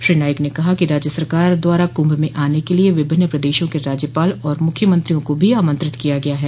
श्री नाईक ने कहा कि राज्य सरकार द्वारा कुंभ में आने के लिये विभिन्न प्रदेशों के राज्यपाल एवं मुख्यमंत्रियों को भो आमंत्रित किया गया है